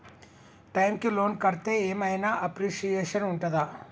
Time కి loan కడ్తే ఏం ఐనా అప్రిషియేషన్ ఉంటదా?